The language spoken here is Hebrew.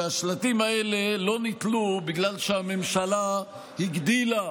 שהשלטים האלה לא נתלו בגלל שהממשלה הגדילה